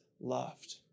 loved